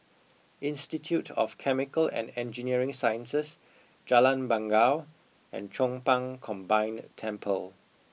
Institute of Chemical and Engineering Sciences Jalan Bangau and Chong Pang Combined Temple